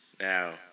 Now